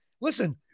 Listen